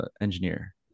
engineer